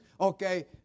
Okay